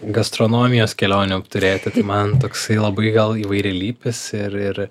gastronomijos kelionių apturėti kai man toksai labai gal įvairialypis ir ir